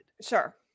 Sure